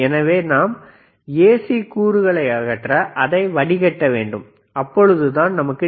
எனவே நாம் ஏசி கூறுகளை அகற்ற அதை வடிகட்ட வேண்டும் அப்பொழுதுதான் நமக்கு டி